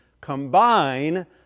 combine